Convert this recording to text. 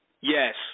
Yes